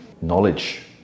knowledge